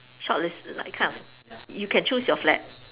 shortlist like kind of you can choose your flat